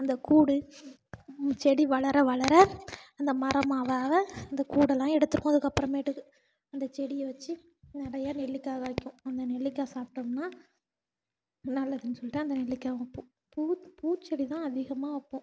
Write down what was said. அந்த கூடு செடி வளர வளர அந்த மரமாக ஆக ஆக அந்த கூடெலாம் எடுத்துடுவோம் அதுக்கப்புறமேட்டுக்கு அந்த செடியை வச்சு நிறைய நெல்லிக்காய் காய்க்கும் அந்த நெல்லிக்காய் சாப்பிட்டோம்னா நல்லதுன்னு சொல்லிட்டு அந்த நெல்லிக்காய் வைப்போம் பூ பூச்செடி தான் அதிகமாக வைப்போம்